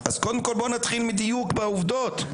בואו נתחיל מדיוק בעובדות,